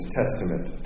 testament